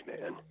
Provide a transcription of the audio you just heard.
man